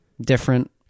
Different